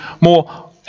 more